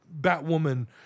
Batwoman